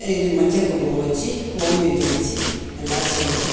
இது மஞ்சள் குங்குமம் வெச்சு கோமியம் தெளித்து எல்லாம் செய்வோம்